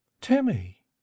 Timmy